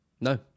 No